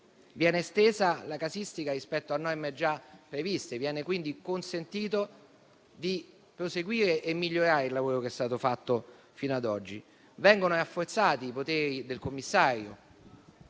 Viene estesa la casistica rispetto a norme già previste e viene quindi consentito di proseguire e migliorare il lavoro che è stato fatto fino ad oggi. Vengono rafforzati i poteri del commissario